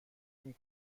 این